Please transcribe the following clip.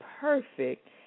perfect